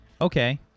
Okay